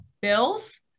bills